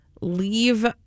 leave